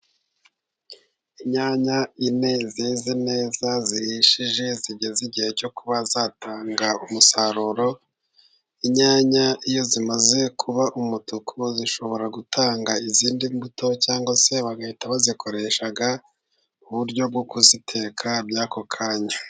Inyanya inye zeze neza zihishije zigeze igihe cyo kuba zatanga umusaruro. Inyanya iyo zimaze kuba umutuku zishobora gutanga izindi mbuto, cyangwa se bagahita bazikoresha mu buryo bwo kuziteka by'ako kanya.